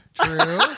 True